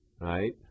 right